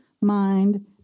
mind